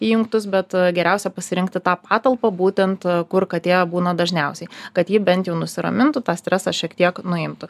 įjungtus bet geriausia pasirinkti tą patalpą būtent kur katė būna dažniausiai kad ji bent jų nusiramintų tą stresą šiek tiek nuimtų